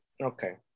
Okay